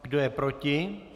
Kdo je proti?